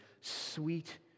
sweet